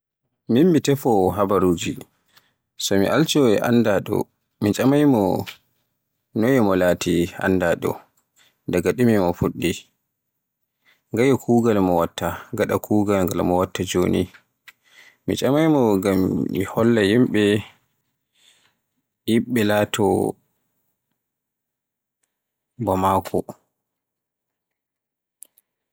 Min mi tefowo habaruuji, so mi aljo e anndaɗo mi tcamay mo noy waɗi mo laati anndaɗo? Daga ɗume Mo fuɗɗi? Ñyalde kugaal mi watta gaɗa kugaal ngal mo watta joni? Mi tcamay mi ngam mi holla yibbe laato ba mako Noy haani be ngada.